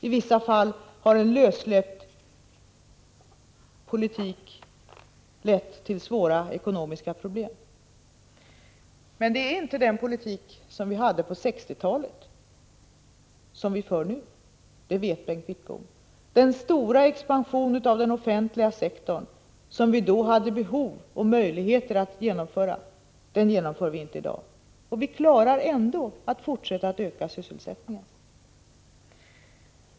I vissa fall har en lössläppt politik lett till svåra ekonomiska problem. Men vi för inte den politik vi förde på 1960-talet, det vet Bengt Wittbom. Den stora expansionen av den offentliga sektorn, som vi då hade behov av och möjligheter att genomföra, pågår inte i dag, och vi klarar ändå att fortsätta att öka sysselsättningen.